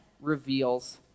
reveals